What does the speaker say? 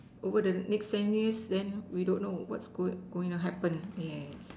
over the next ten years then we don't know what's go going to happen yeah